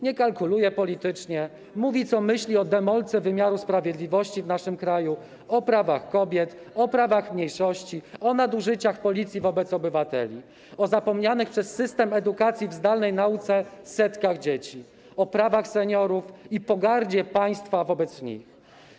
Nie kalkuluje politycznie, mówi, co myśli o demolce wymiaru sprawiedliwości w naszym kraju, o prawach kobiet, o prawach mniejszości, o nadużyciach Policji wobec obywateli, o zapomnianych przez system edukacji w zakresie zdalnej nauki setkach dzieci, o prawach seniorów i pogardzie państwa wobec nich.